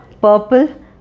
Purple